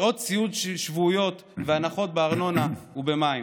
שעות סיעוד שבועיות והנחות בארנונה ובמים.